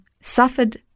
suffered